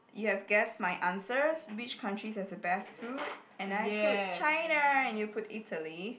you have guessed my answers which country has the best food and I put China and you put Italy